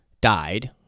died